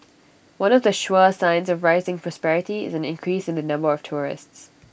one of the sure signs of rising prosperity is an increase in the number of tourists